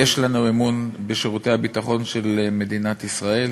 יש לנו אמון בשירותי הביטחון של מדינת ישראל,